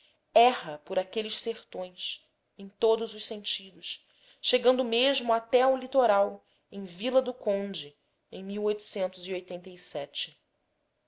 erra por aqueles sertões em todos os sentidos chegando mesmo até ao litoral em vila do onde em